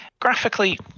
graphically